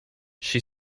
she